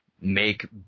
make